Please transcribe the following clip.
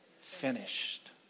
finished